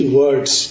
words